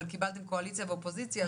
אבל קיבלתן קואליציה ואופוזיציה,